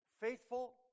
Faithful